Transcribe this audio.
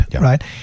right